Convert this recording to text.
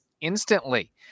instantly